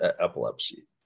epilepsy